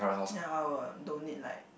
ya I'll donate like